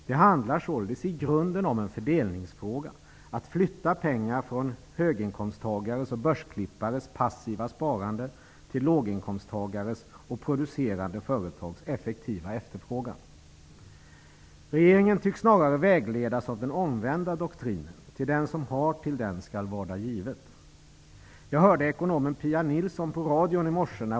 Det är således i grunden en fördelningsfråga, dvs. att flytta pengar från höginkomsttagares och börsklippares passiva sparande till låginkomsttagares och producerande företags effektiva efterfrågan. Regeringen tycks snarare vägledas av den omvända doktrinen: Till den som har skall varda givet. Jag hörde ekonomen Pia Nilsson på radion i morse.